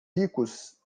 ricos